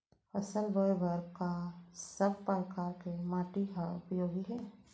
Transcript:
फसल बोए बर का सब परकार के माटी हा उपयोगी हे?